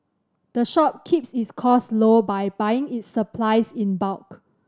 the shop keeps its costs low by buying its supplies in bulk